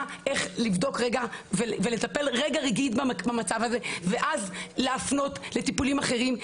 איך לבדוק ולטפל במצב הזה ואז להפנות לטיפולים אחרים.